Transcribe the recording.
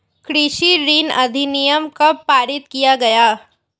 कृषि ऋण अधिनियम कब पारित किया गया?